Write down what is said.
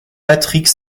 patrick